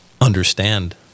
understand